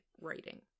writing